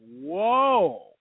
whoa